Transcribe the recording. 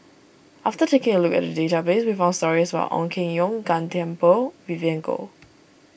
after taking a look at the database we found stories about Ong Keng Yong Gan Thiam Poh Vivien Goh